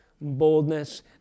boldness